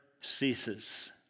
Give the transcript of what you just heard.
ceases